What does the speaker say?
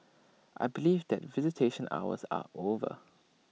I believe that visitation hours are over